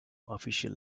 official